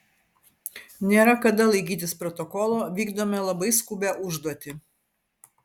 nėra kada laikytis protokolo vykdome labai skubią užduotį